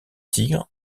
tigres